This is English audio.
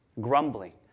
grumbling